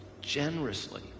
generously